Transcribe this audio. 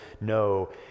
no